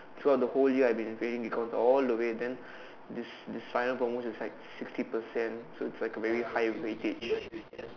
throughout the whole ya I've been failing econs all the way then this this final promos is like sixty percent so it's like very high weightage